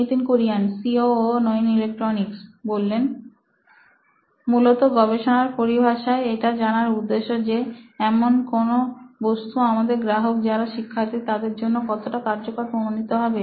Nitin Kurien C O O electronics মূলত গবেষণার পরিভাষায় এটা জানার উদ্দেশ্য যে এমন কোন বস্তু আমাদের গ্রাহক যারা শিক্ষার্থী তাদের জন্য কতটা কার্যকর প্রমাণিত হবে